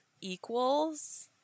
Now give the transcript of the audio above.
equals